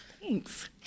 Thanks